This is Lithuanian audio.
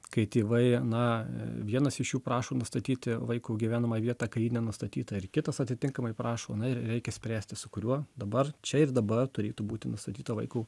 kai tėvai na vienas iš jų prašo nustatyti vaiko gyvenamą vietą kai ji nenustatyta ir kitas atitinkamai prašo na ir reikia spręsti su kuriuo dabar čia ir dabar turėtų būti nustatyta vaiko